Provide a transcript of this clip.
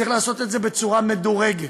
צריך לעשות את זה בצורה מדורגת,